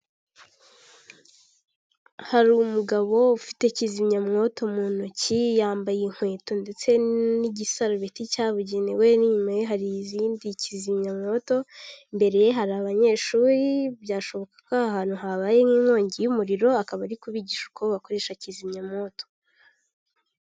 Hari umugabo ufite kizimyamwoto mu ntoki, yambaye inkweto ndetse n'igisarubeti cyabugenewe, n'inyuma hari izindi kizimyamwoto, imbere ye hari abanyeshuri, byashoboka ko aha ahantu habaye nk'inkongi y'umuriro, akaba ari kubigisha uko bakoresha kizimyamwoto.